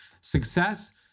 success